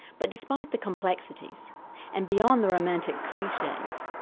but despite the complexities and beyond the romantic cliches,